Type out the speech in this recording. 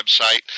website